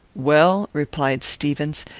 well, replied stevens,